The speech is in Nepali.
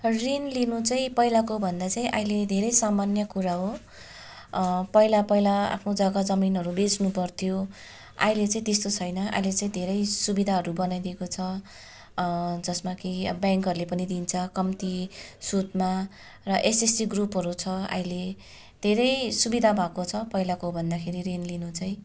ऋण लिनु चाहिँ पहिलाको भन्दा चाहिँ अहिले धेरै सामान्य कुरा हो पहिला पहिला आफ्नो जगा जमिनहरू बेच्नु पर्थ्यो अहिले चाहिँ त्यस्तो छैन अहिले चाहिँ धेरै सुविधाहरू बनाइदिएको छ जसमा कि अब ब्याङ्कहरूले पनि दिन्छ कम्ती सुदमा र एसएससी ग्रुपहरू छ अहिले धेरै सुविधा भएको छ पहिलाको भन्दाखेरि ऋण लिनु चाहिँ